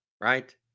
right